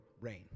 rain